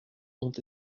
ont